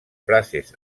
frases